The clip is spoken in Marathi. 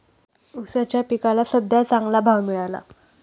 ऊसाच्या पिकाला सद्ध्या चांगला भाव मिळाला